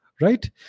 right